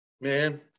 Man